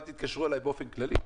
אל תתקשרו אליי באופן כללי,